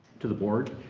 to the board.